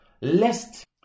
lest